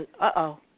uh-oh